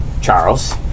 Charles